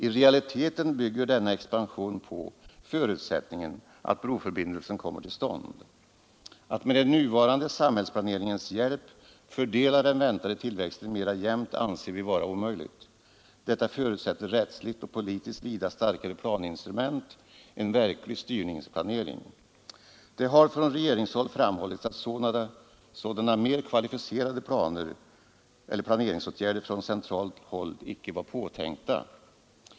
I realiteten bygger denna expansion på förutsättningen att broförbindelsen kommer till stånd. Att med den nuvarande samhällsplaneringens hjälp fördela den väntade tillväxten mera jämnt anser vi vara omöjligt. Detta förutsätter rättsligt och politiskt vida starkare planinstrument — en verklig styrningsplanering. Det har från regeringshåll framhållits att sådana mer kvalificerade planeringsåtgärder från centralt håll icke var påtänkta.